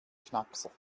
knackser